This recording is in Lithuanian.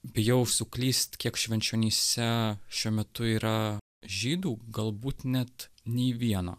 bijau suklyst kiek švenčionyse šiuo metu yra žydų galbūt net nei vieno